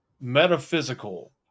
metaphysical